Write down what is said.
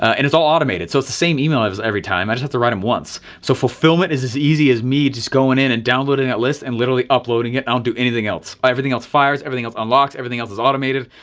and it's all automated. so it's the same email as every time, i just have to write them once. so fulfillment is as easy as me just going in and downloading that list and literally uploading it. i don't do anything else. everything else fires, everything else unlocks. everything else is automated,